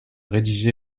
rédigé